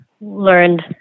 learned